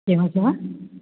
केव्हाचा